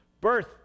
Birth